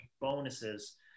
bonuses